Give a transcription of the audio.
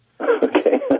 Okay